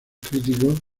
críticos